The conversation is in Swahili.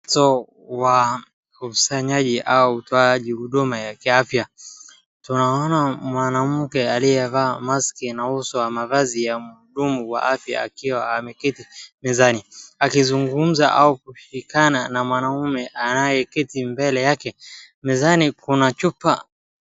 So wakusanyaji au watoaji huduma ya kiafya. Tunaona mwanamke aliyevaa maski inauzwa mavazi ya mhudumu wa afya akiwa ameketi mezani. Akizungumza au kuhikana na mwanaume anayeketi mbele yake. Mezani kuna chupa.